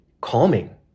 calming